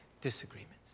disagreements